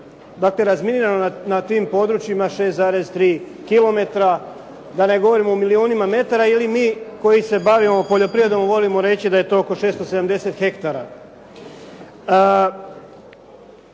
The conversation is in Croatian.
dakle, razminirano na tim područjima 6,3 km, da ne govorim u milijunima metara ili mi koji se bavimo poljoprivrednom volimo reći da je to oko 670 hektara.